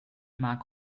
mag